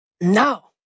No